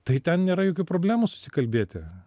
tai ten nėra jokių problemų susikalbėti